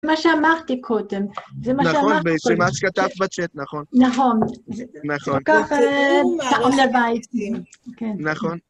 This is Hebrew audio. זה מה שאמרתי קודם, זה מה שאמרתי קודם. נכון, מה שכתבת בצ'אט, נכון. נכון. נכון. זה כל חסר בעצם. כן. נכון.